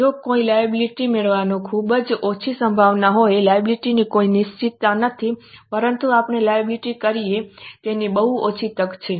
જો કોઈ લાયબિલિટી મેળવવાની ખૂબ જ ઓછી સંભાવના હોય લાયબિલિટી ની કોઈ નિશ્ચિતતા નથી પરંતુ આપણે લાયબિલિટી કરીએ તેની બહુ ઓછી તક છે